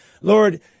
Lord